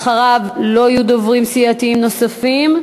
אחריו לא יהיו דוברים סיעתיים נוספים.